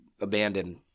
abandoned